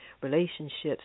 relationships